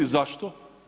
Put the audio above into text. Zašto?